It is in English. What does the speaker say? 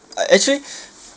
uh actually